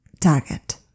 target